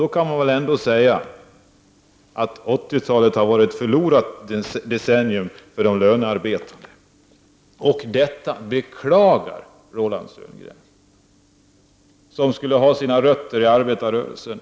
Då kan man väl ändå säga att 80-talet har varit ett förlorat decennium för de lönearbetande. Detta beklagar Roland Sundgren, som har sina rötter i arbetarrörelsen!